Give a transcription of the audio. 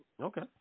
Okay